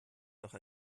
noch